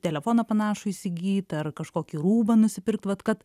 telefoną panašų įsigyt ar kažkokį rūbą nusipirkt vat kad